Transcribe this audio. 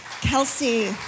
Kelsey